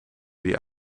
die